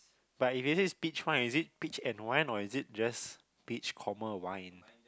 but if it is peach wine is it peach and wine or is it just peach comma wine